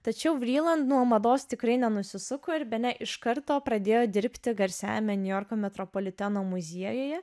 tačiau vriland nuo mados tikrai nenusisuko ir bene iš karto pradėjo dirbti garsiajame niujorko metropoliteno muziejuje